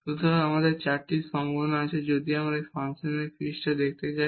সুতরাং এই চারটি সম্ভাবনা আছে এবং যদি আমরা এখানে ফাংশনের পৃষ্ঠে দেখতে চাই